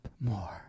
more